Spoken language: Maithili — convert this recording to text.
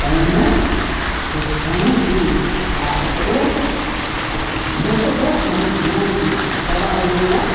पानिमे से सिखौने छी आ ओकरे बहुतोके एहन ज्ञान करबा गेलियै